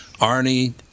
Arnie